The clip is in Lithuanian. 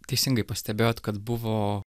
teisingai pastebėjot kad buvo